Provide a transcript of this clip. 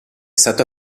stato